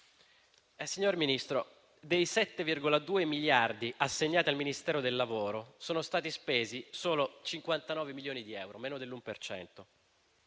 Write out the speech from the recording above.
Signor Ministro, dei 7,2 miliardi assegnati al Ministero del lavoro sono stati spesi solo 59 milioni di euro, meno dell'1